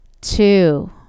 two